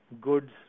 goods